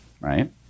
Right